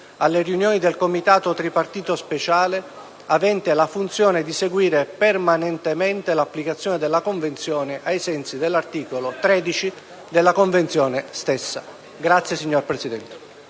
alle riunioni del Comitato tripartito speciale, avente la funzione di seguire permanentemente l'applicazione della Convenzione, ai sensi dell'articolo XIII della Convenzione stessa. *(Applausi dei